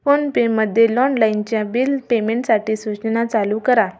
फोनपेमध्ये लाँडलाईनच्या बिल पेमेंटसाठी सूचना चालू करा